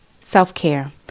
self-care